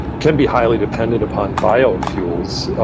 can be highly dependent upon bio fuels,